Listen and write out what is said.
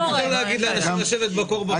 להגיד לאנשים לשבת בקור בחוץ.